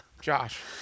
josh